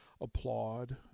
applaud